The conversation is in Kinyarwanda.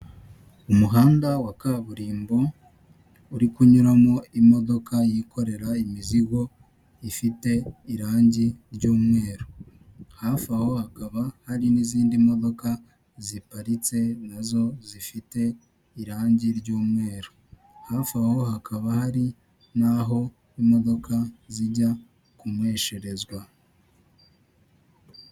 Umuhanda wa kaburimbo uri kunyuramo imodoka yikorera imizigo ifite irangi ry'umweru, hafi aho hakaba hari n'izindi modoka ziparitse nazo zifite irangi ry'umweru. Hafi aho hakaba hari n'aho imodoka zijya kunesherezwa.